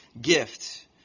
gift